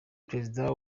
perezida